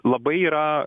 labai yra